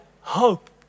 hope